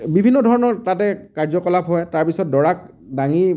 বিভিন্ন ধৰণৰ তাতে কাৰ্যকলাপ হয় তাৰ পিছত দৰাক দাঙি